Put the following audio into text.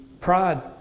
Pride